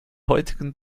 heutigen